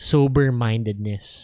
Sober-mindedness